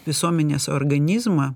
visuomenės organizmą